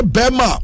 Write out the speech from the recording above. Bema